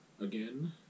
again